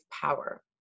power